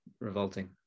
revolting